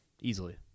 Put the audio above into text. easily